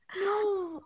no